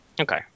Okay